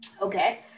Okay